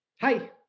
Hi